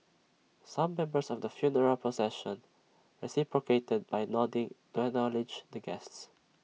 some members of the funeral procession reciprocated by nodding to acknowledge the guests